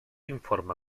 informe